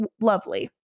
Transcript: lovely